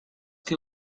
que